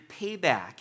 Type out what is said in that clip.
payback